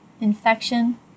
infection